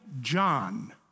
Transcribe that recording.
John